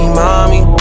mommy